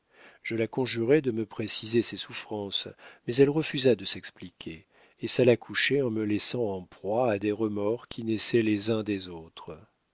je la conjurai de me préciser ses souffrances mais elle refusa de s'expliquer et s'alla coucher en me laissant en proie à des remords qui naissaient les uns des autres